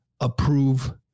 approve